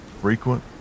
frequent